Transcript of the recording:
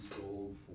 gold